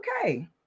okay